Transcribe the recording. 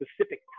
specific